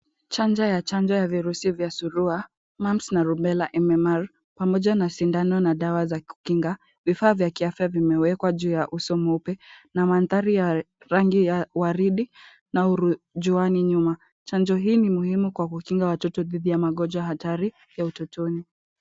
Chanja ya chanjo ya virusi vya surua, mumps na rubela M-M-R, pamoja na sindano na dawa za kukinga. Vifaa vya kiafya vimewekwa juu ya uso mweupe na mandhari ya rangi ya waridi na urujuani nyuma. Chanjo hii ni muhimu kwa kukinga watoto dhidi ya magonjwa hatari ya utotoni.